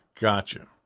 Gotcha